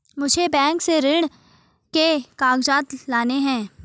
मुझे बैंक से ऋण के कागजात लाने हैं